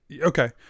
okay